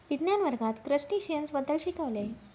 विज्ञान वर्गात क्रस्टेशियन्स बद्दल शिकविले